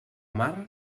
mar